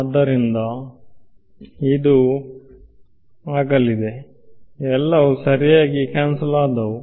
ಆದ್ದರಿಂದ ಇದು ಆಗಲಿದೆಎಲ್ಲವೂ ಸರಿಯಾಗಿ ಕ್ಯಾನ್ಸಲ್ ಆದವು